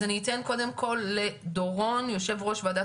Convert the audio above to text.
אני אתן קודם כל לדורון יושב ראש ועדת